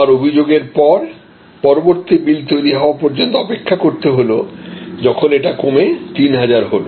আমার অভিযোগের পর পরবর্তী বিল তৈরি হওয়া পর্যন্ত অপেক্ষা করতে হলো যখন এটা কমে 3000 হল